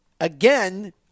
Again